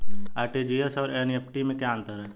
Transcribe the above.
RTGS और NEFT में क्या अंतर है?